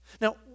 Now